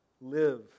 live